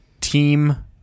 Team